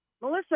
Melissa